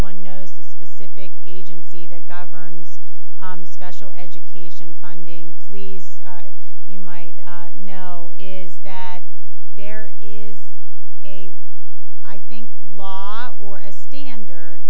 one knows the specific agency that governs special education funding please you might know is that there is a i think law or a standard